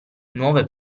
nuove